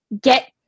get